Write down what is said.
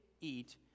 eat